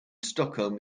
stockholm